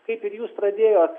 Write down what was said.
kaip ir jūs pradėjot